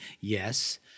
yes